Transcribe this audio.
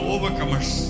Overcomers